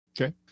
Okay